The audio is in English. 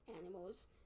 animals